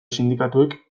sindikatuek